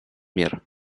мер